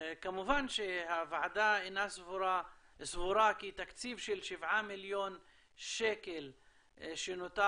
כמובן שהוועדה סבורה כי תקציב של שבעה מיליון שקל שנותר